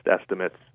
estimates